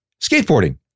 skateboarding